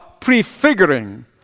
prefiguring